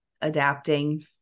adapting